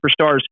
superstars